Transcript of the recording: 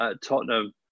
Tottenham